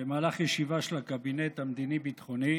במהלך ישיבה של הקבינט המדיני-ביטחוני,